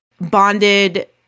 bonded